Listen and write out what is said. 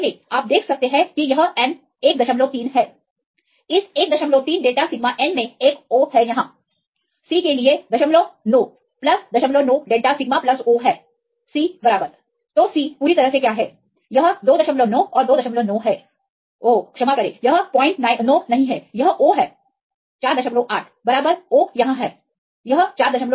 तो इस मामले में आप देख सकते हैं कि यह N 13 है इस 13 डेल्टा सिग्मा N में एक O है यहाँ C के लिए 09 09डेल्टा सिग्मा O है C बराबर तो C पूरी तरह से क्या है यह 29 और 29 है ओह क्षमा करें यह 09 नहीं है यह O है 48 बराबर O यहां है